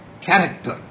character